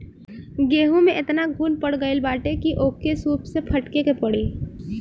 गेंहू में एतना घुन पड़ गईल बाटे की ओके सूप से फटके के पड़ी